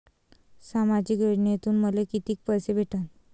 सामाजिक योजनेतून मले कितीक पैसे भेटन?